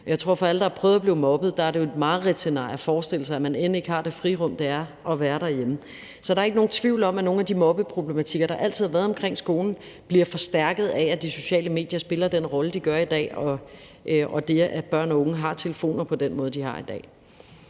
Jeg tror, at for alle dem, der har prøvet at blive mobbet, er det jo et mareridtsscenarie at forestille sig, at man end ikke har det frirum, det er at være derhjemme. Så der er ikke nogen tvivl om, at nogle af de mobbeproblematikker, der altid har været omkring skolen, bliver forstærket af, at de sociale medier spiller den rolle, de gør i dag, og af det, at børn og unge har telefon på den måde, de har i dag.